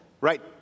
right